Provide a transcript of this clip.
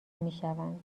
میشوند